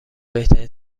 بهترین